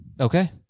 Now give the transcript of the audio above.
Okay